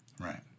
Right